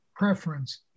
preference